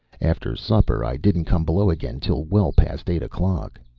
after supper i didn't come below again till well past eight o'clock.